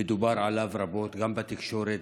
ודובר עליו רבות גם בתקשורת,